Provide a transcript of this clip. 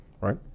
right